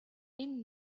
энэ